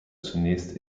zunächst